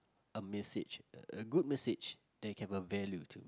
a message a good message that can have value to